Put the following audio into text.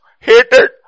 hated